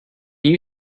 you